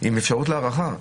עם אפשרות להארכה.